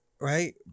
right